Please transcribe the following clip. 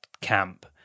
camp